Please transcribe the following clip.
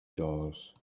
dollars